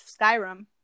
Skyrim